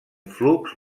flux